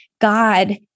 God